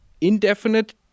indefinite